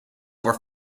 were